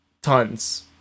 Tons